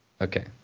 Okay